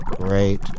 Great